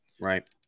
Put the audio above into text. right